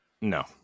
no